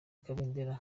kabendera